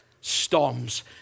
storms